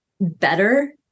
better